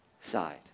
side